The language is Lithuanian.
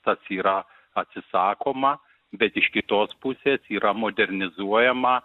tas yra atsisakoma bet iš kitos pusės yra modernizuojama